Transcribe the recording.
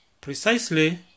Precisely